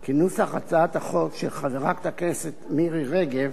כי נוסח הצעת החוק של חברת הכנסת מירי רגב